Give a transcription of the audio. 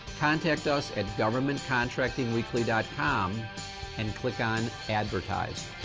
contact us at governmentcontractingweekly dot com and click on advertise.